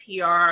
PR